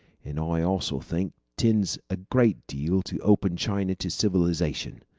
and i also think tends a great deal to open china to civilization.